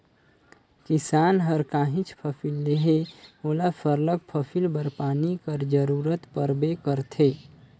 किसान हर काहींच फसिल लेहे ओला सरलग फसिल बर पानी कर जरूरत परबे करथे